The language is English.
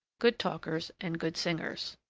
good talkers, and good singers.